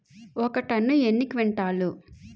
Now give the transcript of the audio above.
ఒక టన్ను ఎన్ని క్వింటాల్లు?